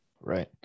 Right